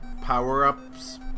power-ups